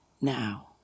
now